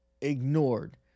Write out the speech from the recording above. ignored